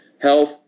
health